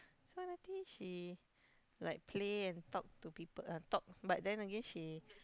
so I think she like play and talk to people uh talk but then again she